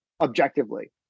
objectively